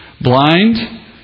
blind